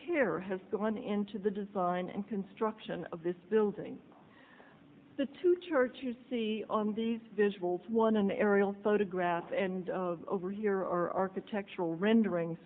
care going into the design and construction of this building the two church you see on these visuals one an aerial photograph and over here architectural rendering